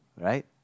right